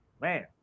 Man